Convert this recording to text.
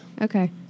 Okay